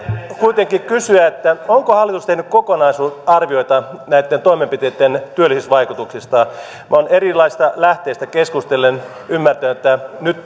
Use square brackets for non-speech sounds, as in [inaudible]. kuitenkin kysyä onko hallitus tehnyt kokonaisarvioita näitten toimenpiteitten työllisyysvaikutuksista minä olen erilaisista lähteistä keskustellen ymmärtänyt että nyt [unintelligible]